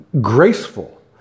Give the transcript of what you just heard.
graceful